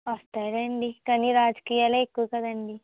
వస్తాయి లేండి కానీ రాజకీయాలే ఎక్కువ కదండీ